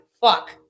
fuck